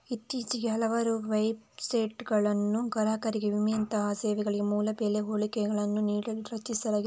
ಇತ್ತೀಚೆಗೆ ಹಲವಾರು ವೆಬ್ಸೈಟುಗಳನ್ನು ಗ್ರಾಹಕರಿಗೆ ವಿಮೆಯಂತಹ ಸೇವೆಗಳಿಗೆ ಮೂಲ ಬೆಲೆ ಹೋಲಿಕೆಗಳನ್ನು ನೀಡಲು ರಚಿಸಲಾಗಿದೆ